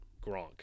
Gronk